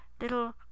little